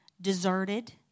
deserted